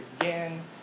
again